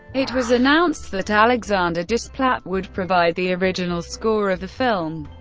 it was announced that alexandre desplat would provide the original score of the film.